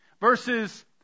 Verses